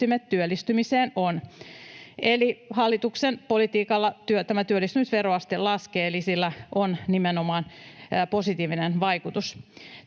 työllistymiseen on.” Eli hallituksen politiikalla tämä työllisyysveroaste laskee, eli sillä on nimenomaan positiivinen vaikutus.